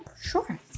Sure